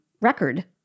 record